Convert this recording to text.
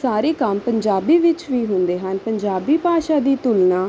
ਸਾਰੇ ਕੰਮ ਪੰਜਾਬੀ ਵਿੱਚ ਵੀ ਹੁੰਦੇ ਹਨ ਪੰਜਾਬੀ ਭਾਸ਼ਾ ਦੀ ਤੁਲਨਾ